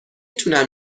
تونم